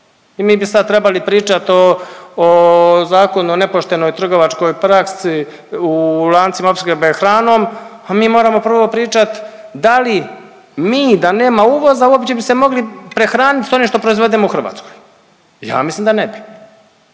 i mi bi sad trebali pričati o Zakonu o nepoštenoj trgovačkoj praksi u lancima opskrbe hranom, a mi moramo prvo pričati da li mi da nema uvoza uopće bi se mogli prehraniti sa onim što proizvodimo u Hrvatskoj. Ja mislim da ne bi.